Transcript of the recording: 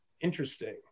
interesting